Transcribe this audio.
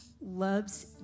loves